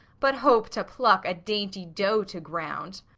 but hope to pluck a dainty doe to ground.